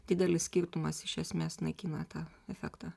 didelis skirtumas iš esmės naikina tą efektą